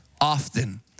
often